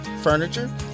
furniture